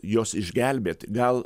jos išgelbėt gal